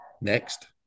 next